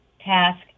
task